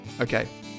Okay